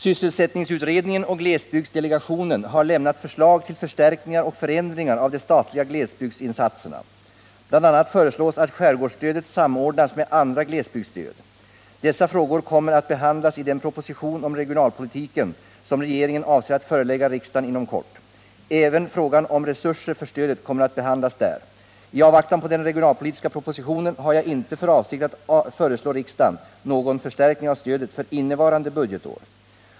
Sysselsättningsutredningen och glesbygdsdelegationen har lämnat förslag till förstärkningar och förändringar av de statliga glesbygdsinsatserna. Bl. a. föreslås att skärgårdsstödet samordnas med andra glesbygdsstöd. Dessa frågor kommer att behandlas i den proposition om regionalpolitiken som regeringen avser att förelägga riksdagen inom kort. Även frågan om resurser för stödet kommer att behandlas där. I avvaktan på den regionalpolitiska propositionen har jag inte för avsikt att föreslå riksdagen någon förstärkning av stödet för innevarande budgetår.